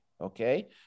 Okay